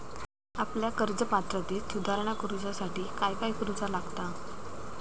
आपल्या कर्ज पात्रतेत सुधारणा करुच्यासाठी काय काय करूचा लागता?